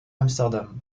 amsterdam